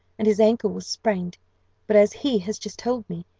and his ankle was sprained but, as he has just told me,